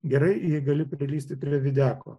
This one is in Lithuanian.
gerai jei gali prilįsti prie videko